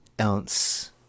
ounce